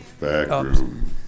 backroom